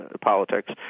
politics